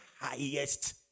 highest